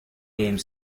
game